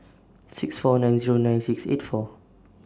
six four nine Zero nine six eight four